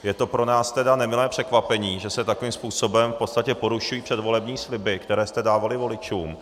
Je to pro nás tedy nemilé překvapení, že se takovým způsobem v podstatě porušují předvolební sliby, které jste dávali voličům.